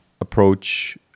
approach